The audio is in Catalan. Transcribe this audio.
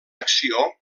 acció